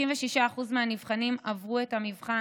56% מהנבחנים עברו את המבחן,